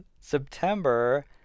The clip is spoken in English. September